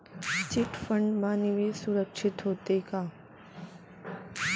Chit fund मा निवेश सुरक्षित होथे का?